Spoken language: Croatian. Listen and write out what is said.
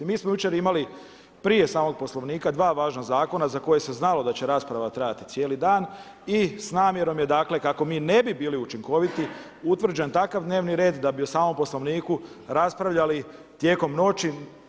Mi smo jučer imali prije samog Poslovnika dva važna zakona za koje se znalo da će rasprava trajati cijeli dan i s namjerom je dakle, kako mi ne bi bili učinkoviti, utvrđen takav dnevni red da bi o samom Poslovniku raspravljali tijekom noći.